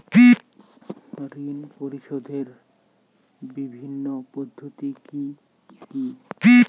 ঋণ পরিশোধের বিভিন্ন পদ্ধতি কি কি?